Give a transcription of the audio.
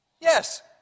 Yes